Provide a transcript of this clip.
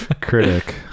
critic